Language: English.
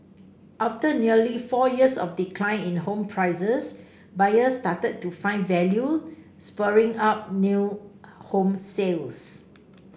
after nearly four years of decline in home prices buyers started to find value spurring up new home sales